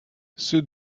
ceux